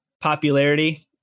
popularity